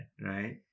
right